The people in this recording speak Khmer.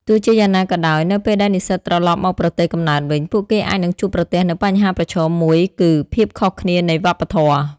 ទោះជាយ៉ាងណាក៏ដោយ នៅពេលដែលនិស្សិតត្រឡប់មកប្រទេសកំណើតវិញ ពួកគេអាចនឹងជួបប្រទះនូវបញ្ហាប្រឈមមួយគឺភាពខុសគ្នានៃវប្បធម៌ ។